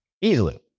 easily